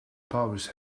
powers